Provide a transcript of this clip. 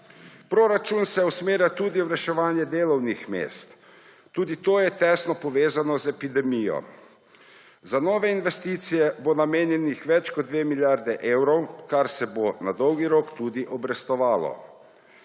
Proračun se usmerja tudi v reševanje delovnih mest. Tudi to je tesno povezano z epidemijo. Za nove investicije bo namenjeno več kot 2 milijardi evrov, kar se bo na dolgi rok tudi obrestovalo.